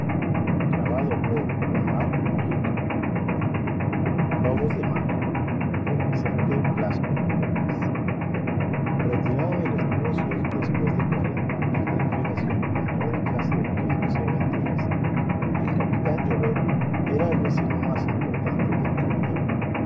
lobos de mar retirado de los negocios después de cuarenta años de navegación con toda clase de riesgos y aventuras el capitán llovet era el vecino más importante del cabañal